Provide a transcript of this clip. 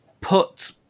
put